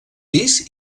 pis